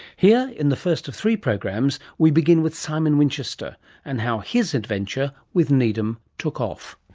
here in the first of three programs, we begin with simon winchester and how his adventure with needham took off.